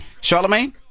Charlemagne